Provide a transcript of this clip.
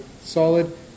solid